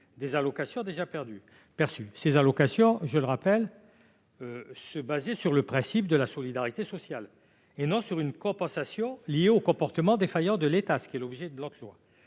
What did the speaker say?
des allocations déjà perçues. Ces allocations, je le rappelle, étaient fondées sur le principe de la solidarité sociale et non sur une compensation liée au comportement défaillant de l'État, ce qui est l'objet du présent